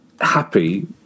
happy